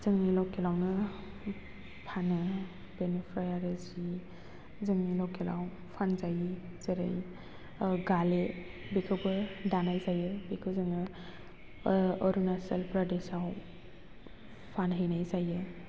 जोंनि लकेलावनो फानो बेनिफ्राय आरो जि जोंनि लखेलाव फान्जायि जेरै गाले बेखौबो दानाय जायो बेखौ जोङो अरुणाचल प्रदेशआव फानहैनाय जायो